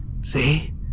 see